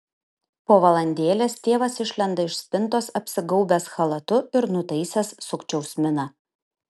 po valandėlės tėvas išlenda iš spintos apsigaubęs chalatu ir nutaisęs sukčiaus miną